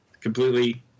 completely